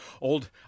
Old